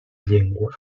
llengua